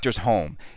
home